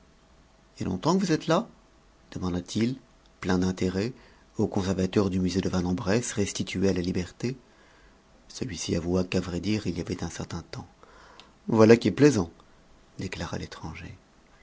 a longtemps que vous êtes là demanda-t-il plein d'intérêt au conservateur du musée de vanne en bresse restitué à la liberté celui-ci avoua qu'à vrai dire il y avait un certain temps voilà qui est plaisant déclara l'étranger